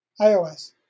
iOS